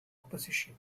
opposition